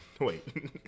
Wait